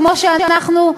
כמו שאנחנו,